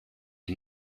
you